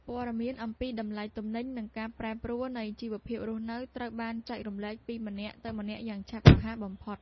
ព័ត៌មានអំពីតម្លៃទំនិញ និងការប្រែប្រួលនៃជីវភាពរស់នៅត្រូវបានចែករំលែកពីម្នាក់ទៅម្នាក់យ៉ាងឆាប់រហ័សបំផុត។